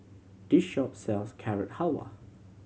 this shop sells Carrot Halwa